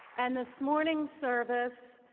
and this morning's service,